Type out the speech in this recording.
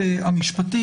המשפטית.